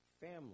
Family